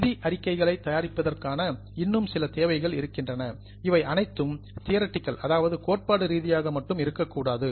நிதி அறிக்கைகளை தயாரிப்பதற்கான இன்னும் சில தேவைகள் இருக்கின்றன இவை அனைத்தும் தியரிட்டிகள் கோட்பாடு ரீதியாக மட்டும் இருக்கக்கூடாது